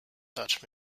touch